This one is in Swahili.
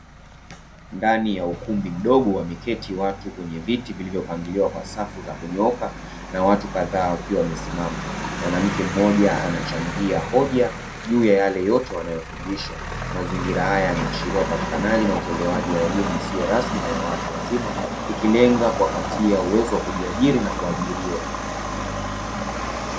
Ndani ya ukumbi mdogo wameketi watu kwenye viti vilivyopangiliwa kwa safu za kunyooka, na watu kadhaa wakiwa wamesimama mwanamke mmoja anachangia hoja juu ya yale yote wanayofundishwa, mazingira haya yanaashiria upatikanaji na utolewaji wa elimu isiyo rasmi na ya watu wazima ikilenga kuwapatia uwezo wa kujiajiri na kuajiriwa.